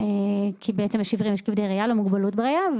כי יש כבדי ראייה, לא מוגבלות בראייה.